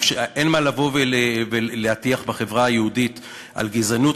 אין מה לבוא ולהטיח בחברה היהודית על גזענות,